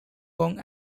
kong